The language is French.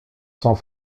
sont